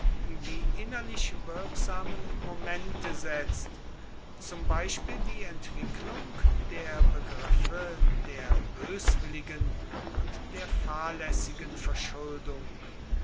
die innerlich wirksamen momente setzt zum beispiel die entwicklung der begriffe der böswilligen und der fahrlässigen verschuldung